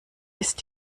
ist